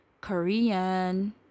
Korean